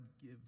give